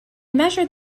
measured